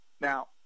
Now